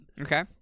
Okay